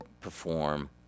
perform